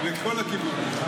מכל הכיוונים.